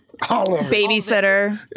Babysitter